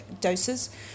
doses